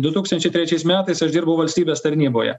du tūkstančiai trečiais metais aš dirbau valstybės tarnyboje